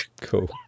cool